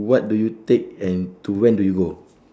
what do you take and to when do you go